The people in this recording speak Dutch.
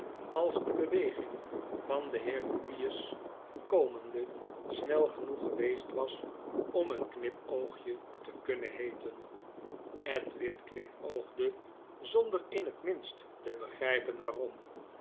als die beweging van den heer grewgious komende snel genoeg geweestwas om een knipoogje te kunnen heeten edwin knipoogde zonder in het minst te begrijpen waarom